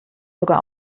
sogar